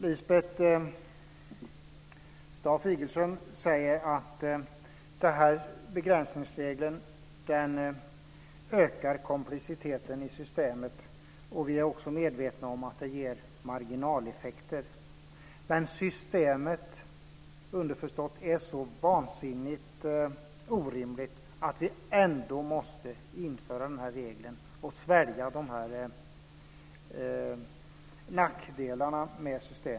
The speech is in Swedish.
Lisbeth Staaf-Igelström säger att begränsningsregeln ökar komplexiteten i systemet och att man är medveten om att den ger marginaleffekter, men systemet - underförstått - är så vansinnigt orimligt att man ändå måste införa regeln och svälja nackdelarna.